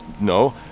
no